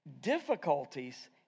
difficulties